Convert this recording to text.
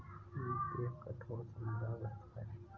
मोती एक कठोर, चमकदार वस्तु है